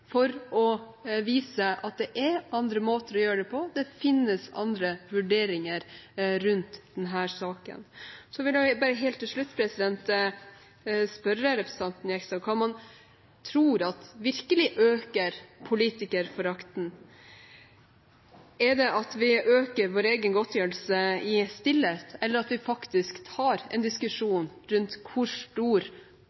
for å vise at det er andre måter å gjøre det på, at det finnes andre vurderinger rundt denne saken. Så vil jeg helt til slutt spørre representanten Jegstad hva han tror virkelig øker politikerforakten. Er det at vi øker vår egen godtgjørelse i stillhet, eller at vi faktisk tar en